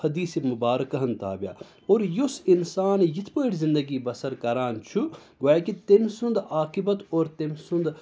حَدیٖث مُبارکٔہَن تابع اور یُس انسان یِتھ پٲٹھۍ زِندگی بَسَر کَران چھُ گویا کہِ تٔمۍ سُنٛد عاقبت اور تٔمی سُنٛد